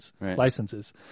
licenses